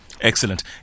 Excellent